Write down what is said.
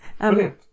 brilliant